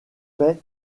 paix